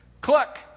Cluck